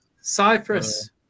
Cyprus